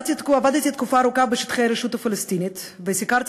עבדתי תקופה ארוכה בשטחי הרשות הפלסטינית וסיקרתי